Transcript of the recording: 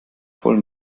voll